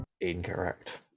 Incorrect